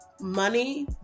money